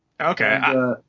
Okay